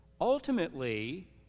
Ultimately